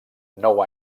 nou